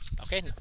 Okay